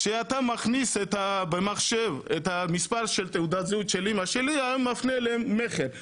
כשאתה מכניס במחשב את המספר תעודת זהות של אמא שלי זה מפנה למכר,